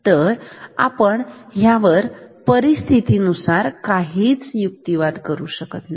तर आपण ह्यावर परिस्थिती नुसार काहीच युक्तिवाद करू शकत नाही